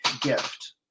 gift